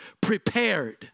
prepared